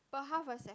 but half a second